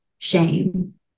shame